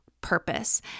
purpose